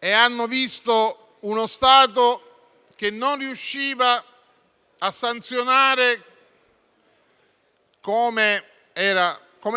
e hanno visto uno Stato che non riusciva a sanzionare come